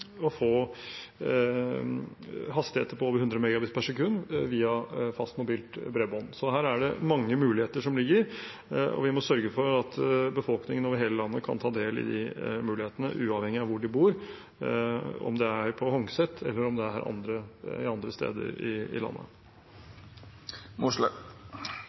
å få hastigheter på over 100 Mbit/s via fast mobilt bredbånd. Her ligger det mange muligheter, og vi må sørge for at befolkningen over hele landet kan ta del i mulighetene uavhengig av hvor de bor, om det er på Hongset eller andre steder i landet. Nå svarte ikke statsråden på hvorfor det ikke er planer for å fjerne disse hvite flekkene som vises i